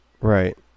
right